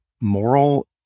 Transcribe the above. moral